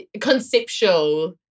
Conceptual